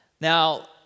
Now